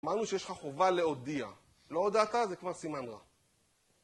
אמרנו שיש לך חובה להודיע, לא הודעת זה כבר סימן